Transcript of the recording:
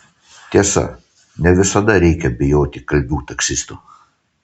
tiesa ne visada reikia bijoti kalbių taksistų